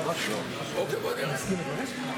אוקיי, בוא נראה.